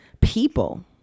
People